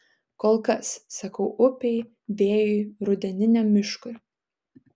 kol kas sakau upei vėjui rudeniniam miškui